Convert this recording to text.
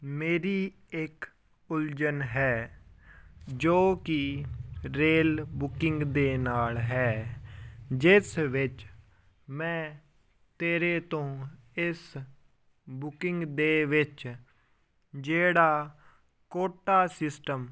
ਮੇਰੀ ਇੱਕ ਉਲਝਣ ਹੈ ਜੋ ਕਿ ਰੇਲ ਬੁਕਿੰਗ ਦੇ ਨਾਲ ਹੈ ਜਿਸ ਵਿੱਚ ਮੈਂ ਤੇਰੇ ਤੋਂ ਇਸ ਬੁਕਿੰਗ ਦੇ ਵਿੱਚ ਜਿਹੜਾ ਕੋਟਾ ਸਿਸਟਮ